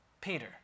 Peter